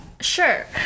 sure